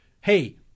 hey